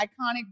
iconic